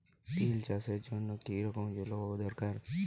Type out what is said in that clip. তিল চাষের জন্য কি রকম জলবায়ু দরকার?